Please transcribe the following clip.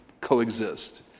coexist